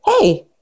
hey